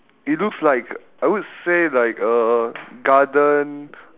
it looks like I would say like uh garden